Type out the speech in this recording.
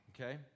Okay